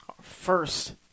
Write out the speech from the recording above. first